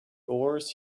oars